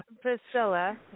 Priscilla